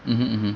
mmhmm mmhmm